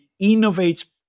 innovates